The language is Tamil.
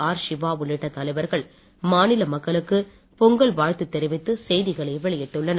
ஆர் சிவா உள்ளிட்ட தலைவர்கள் மாநில மக்களுக்கு பொங்கல் வாழ்த்து தெரிவித்து செய்திகளை வெளியிட்டுள்ளனர்